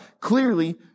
clearly